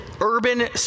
urban